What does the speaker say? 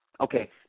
Okay